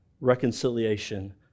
reconciliation